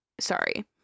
Sorry